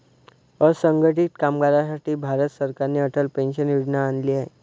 असंघटित कामगारांसाठी भारत सरकारने अटल पेन्शन योजना आणली आहे